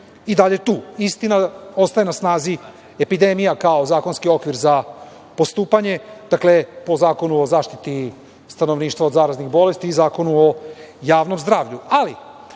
i dalje tu. Istina, ostaje na snazi epidemija kao zakonski okvir za postupanje, po Zakonu o zaštiti stanovništva od zaraznih bolesti i Zakonu o javnom zdravlju. Ali,